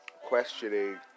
Questioning